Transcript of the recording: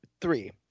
three